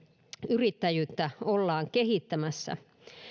yrittäjyyttä ollaan kehittämässä